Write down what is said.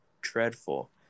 dreadful